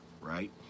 right